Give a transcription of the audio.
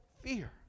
fear